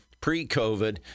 pre-COVID